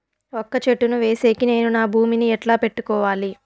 వక్క చెట్టును వేసేకి నేను నా భూమి ని ఎట్లా పెట్టుకోవాలి?